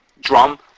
drum